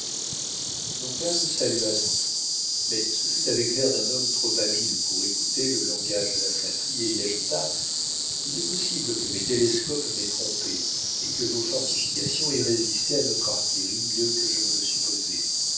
mon calme salua à son tour mais ce fut avec l'air d'un homme trop habile pour écouter le langage de la flatterie et il ajouta il est possible que mes télescopes m'aient trompé et que vos fortifications aient résisté à notre artillerie mieux que je ne le supposais